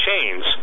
chains